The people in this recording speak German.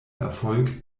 erfolg